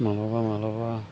मालाबा मालाबा